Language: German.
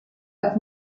als